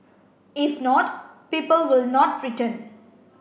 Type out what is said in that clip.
if not people will not return